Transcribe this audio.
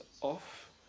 off